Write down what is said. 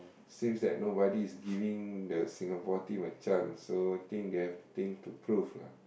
since that nobody is giving the Singapore team a chance so think they have to think to prove lah